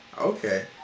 Okay